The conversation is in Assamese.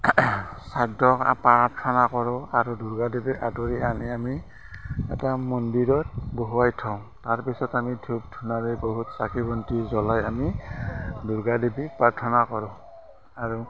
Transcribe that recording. শ্ৰাদ্ধ প্ৰাৰ্থনা কৰোঁ আৰু দুৰ্গা দেৱীৰ আদৰি আনি আমি এটা মন্দিৰত বহুৱাই থওঁ তাৰপিছত আমি ধুপ ধূনাৰে বহুত চাকি বন্তি জ্বলাই আমি দুৰ্গা দেৱীক প্ৰাৰ্থনা কৰোঁ আৰু